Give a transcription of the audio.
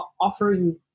offering